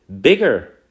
bigger